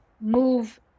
move